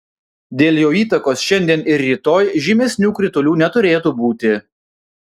dėl jo įtakos šiandien ir rytoj žymesnių kritulių neturėtų būti